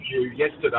yesterday